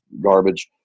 garbage